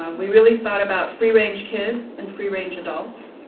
we really thought about free range kids and free range adults.